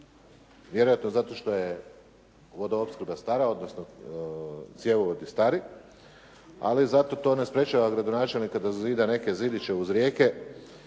Vjerojatno zato što je vodoopskrba stara, odnosno cjevovodi stari ali zato to ne sprječava gradonačelnika da zazida neke zidiće uz rijeke